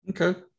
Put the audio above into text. Okay